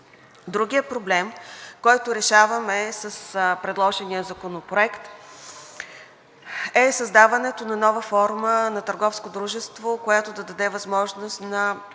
Другият проблем, който решаваме с предложения законопроект, е създаването на нова форма на търговско дружество, която да даде възможност на